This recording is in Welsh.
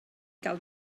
cael